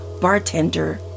bartender